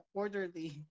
orderly